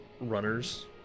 Runners